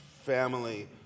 family